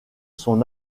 son